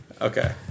Okay